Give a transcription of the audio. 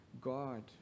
God